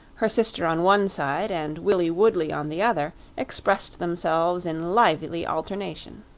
her sister on one side and willie woodley on the other expressed themselves in lively alternation.